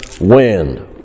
wind